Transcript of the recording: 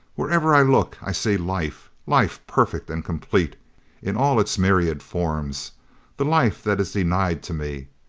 wherever i look i see life life, perfect and complete in all its myriad forms the life that is denied to me!